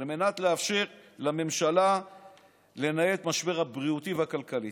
על מנת לאפשר לממשלה לנהל את המשבר הבריאותי והכלכלי.